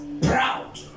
proud